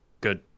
good